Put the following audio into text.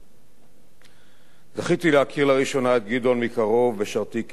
זכיתי להכיר לראשונה את גדעון מקרוב בשרתי כמפקד אוגדת יהודה ושומרון.